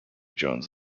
jones